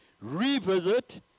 revisit